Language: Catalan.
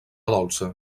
dolça